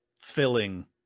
filling